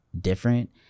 different